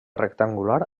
rectangular